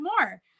more